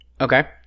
Okay